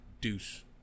deuce